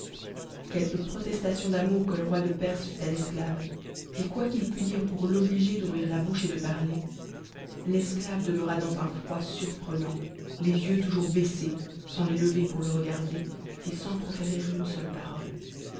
quelque protestation d'amour que le roi de perse fît à l'esclave et quoi qu'il pût dire pour l'obliger d'ouvrir la bouche et de parler l'esclave demeura dans un froid surprenant les yeux toujours baissés sans les lever pour le regarder et sans proférer une seule parole